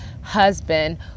husband